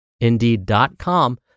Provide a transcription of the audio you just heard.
indeed.com